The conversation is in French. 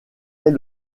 est